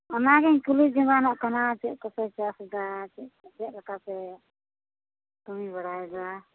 ᱚᱱᱟᱜᱤᱧ ᱠᱩᱞᱤ ᱡᱚᱝᱟᱜ ᱠᱟᱱᱟ ᱪᱮᱫ ᱠᱚᱯᱮ ᱪᱟᱥᱫᱟ ᱪᱮᱫ ᱞᱮᱠᱟᱯᱮ ᱠᱟᱹᱢᱤ ᱵᱟᱲᱟᱭ ᱫᱟ